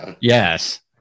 Yes